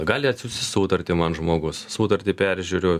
gali atsiųsti sutartį man žmogus sutartį peržiūriu